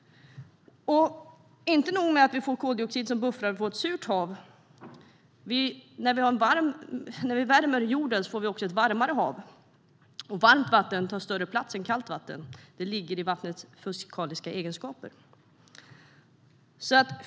Det är inte nog med att vi får koldioxid som buffrar så att vi får ett surt hav. När vi värmer jorden får vi också ett varmare hav, och varmt vatten tar större plats än kallt vatten. Det ligger i vattnets fysikaliska egenskaper.